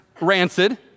rancid